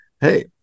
hey